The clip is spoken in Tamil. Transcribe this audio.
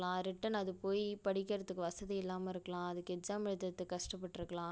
ரிட்டர்ன் அது போய் படிக்கிறத்துக்கு வசதி இல்லாமல் இருக்கலாம் அதுக்கு எக்ஸாம் எழுதுறத்துக்கு கஷ்டப்பட்டிருக்கலாம்